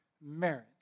marriage